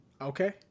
Okay